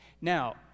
Now